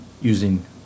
using